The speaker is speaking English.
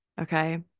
Okay